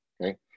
okay